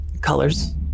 colors